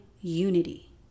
unity